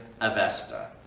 Avesta